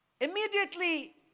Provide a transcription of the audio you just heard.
Immediately